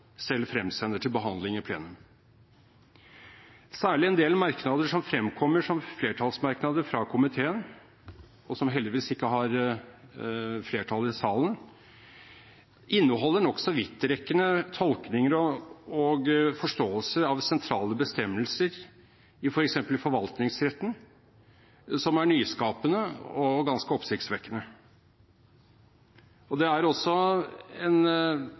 selv fremsender til behandling i plenum. Særlig en del merknader som fremkommer som flertallsmerknader fra komiteen, som heldigvis ikke har flertall i salen, inneholder nokså vidtrekkende tolkninger og forståelser av sentrale bestemmelser i f.eks. forvaltningsretten som er nyskapende og ganske oppsiktsvekkende. Det er også en